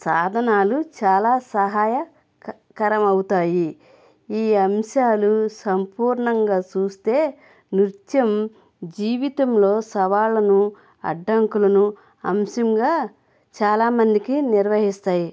సాధనాలు చాలా సహాయ కరమవుతాయి ఈ అంశాలు సంపూర్ణంగా చూస్తే నృత్యం జీవితంలో సవాళ్ళను అడ్డంకులను అంశంగా చాలామందికి నిర్వహిస్తాయి